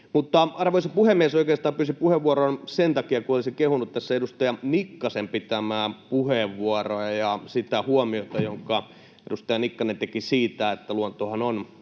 hyvä. Arvoisa puhemies! Oikeastaan pyysin puheenvuoron sen takia, että olisin kehunut tässä edustaja Nikkasen pitämää puheenvuoroa ja sitä huomiota, jonka edustaja Nikkanen teki siitä, että luontohan on